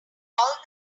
call